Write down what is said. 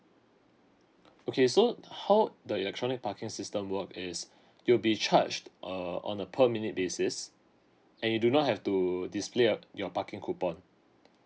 okay so how the electronic parking system work is you will be charged err on a per minute basis and you do not have to display your your parking coupon